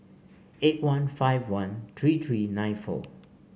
eight one five one three three nine four